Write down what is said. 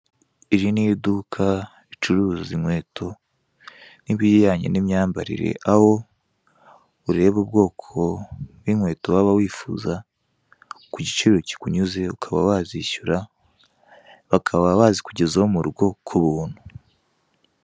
Iri ni iduka ricuzura inkweto n'ibijyanye n'imyambarire, aho ureba ubwoko bw'inkweto wifuza ku giciro kikunyuze, ukaba wazishyura, bakaba bazikugezaho mu rugo, ku buntu.